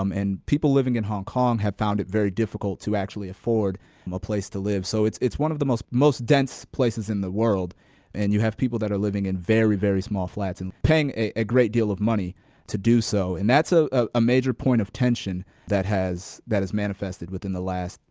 um and people living in hong kong have found it very difficult to actually afford a place to live. so it's it's one of the most most dense places in the world and you have people that are living in very, very small flats and paying a great deal of money to do so. and that's ah ah a major point of tension that has that has manifested within the last,